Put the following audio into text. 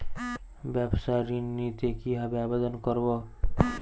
ব্যাবসা ঋণ নিতে কিভাবে আবেদন করব?